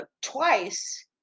twice